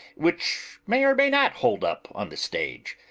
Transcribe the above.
which may or may not hold up on the stage.